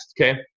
okay